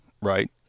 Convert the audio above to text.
right